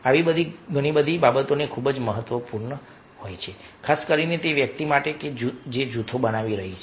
આવી બધી બાબતો ખૂબ જ મહત્વપૂર્ણ છે ખાસ કરીને તે વ્યક્તિ માટે કે જે જૂથ બનાવી રહી છે